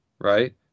Right